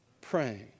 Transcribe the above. praying